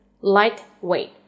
lightweight